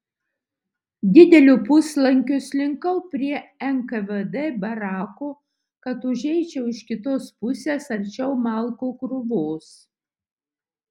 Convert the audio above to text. dideliu puslankiu slinkau prie nkvd barakų kad užeičiau iš kitos pusės arčiau malkų krūvos